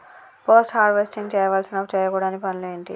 Post harvesting చేయవలసిన చేయకూడని పనులు ఏంటి?